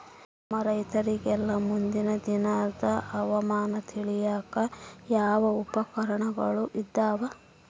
ನಮ್ಮ ರೈತರಿಗೆಲ್ಲಾ ಮುಂದಿನ ದಿನದ ಹವಾಮಾನ ತಿಳಿಯಾಕ ಯಾವ ಉಪಕರಣಗಳು ಇದಾವ?